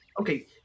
Okay